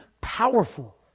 powerful